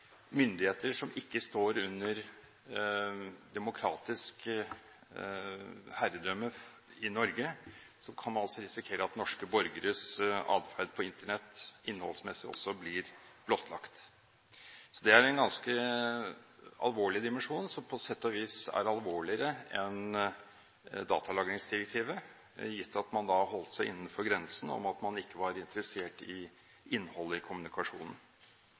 myndigheter som ikke står under demokratisk herredømme i Norge, til å spane, slik at man kan risikere at norske borgeres atferd på Internett innholdsmessig også blir blottlagt. Det er en ganske alvorlig dimensjon, som på sett og vis er alvorligere enn datalagringsdirektivet, gitt at man da holdt seg innenfor den grensen at man ikke var interessert i innholdet i kommunikasjonen.